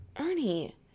Ernie